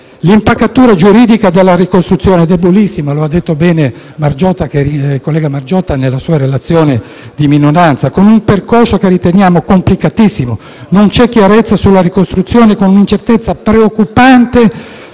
L’impalcatura giuridica della ricostruzione è debolissima, come ha detto bene il senatore Margiotta nella sua relazione di minoranza, con un percorso che riteniamo complicatissimo. Non c’è chiarezza sulla ricostruzione, con un’incertezza preoccupante